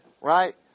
right